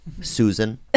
Susan